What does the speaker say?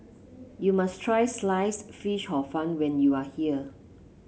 you must try Sliced Fish Hor Fun when you are here